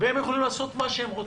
והם יכולים לעשות מה שהם רוצים,